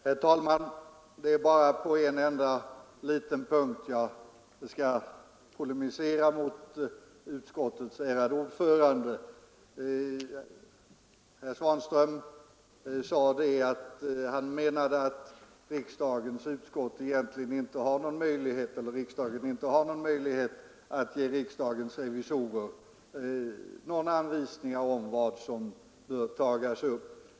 Herr talman! Det är bara på en enda liten punkt jag skall polemisera mot utskottets ärade vice ordförande. Herr Svanström menade att riksdagen egentligen inte hade någon möjlighet att ge riksdagens revisorer någon anvisning om vad som bör tagas upp.